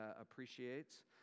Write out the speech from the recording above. appreciates